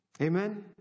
Amen